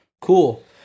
Cool